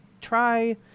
try